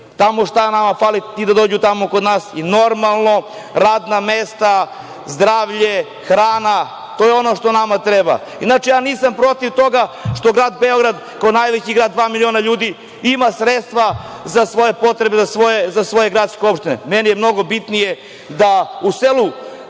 tamo šta nama fali i da dođu tamo kod nas i normalno, radna mesta, zdravlje, hrana, to je ono što nama treba. Inače, ja nisam protiv toga što grad Beograd, kao najveći grad, dva miliona ljudi, ima sredstva za svoje potrebe, za svoje gradske opštine. Meni je mnogo bitnije da u selu